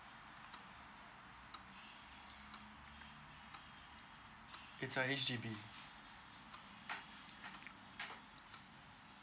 it's a H_D_B